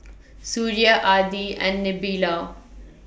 Suria Adi and Nabila